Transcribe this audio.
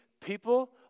people